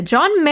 John